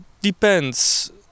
depends